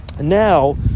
now